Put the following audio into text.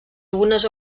algunes